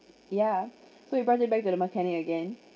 yeah so he brought it back to the mechanic again